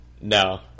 No